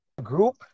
group